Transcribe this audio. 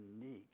unique